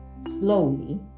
slowly